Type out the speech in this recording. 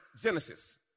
Genesis